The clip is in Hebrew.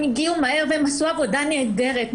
הם הגיעו מהר ועשו עבודה נהדרת.